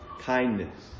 Kindness